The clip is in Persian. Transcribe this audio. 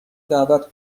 دعوت